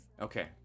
Okay